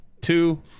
two